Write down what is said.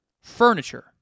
furniture